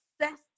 success